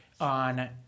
on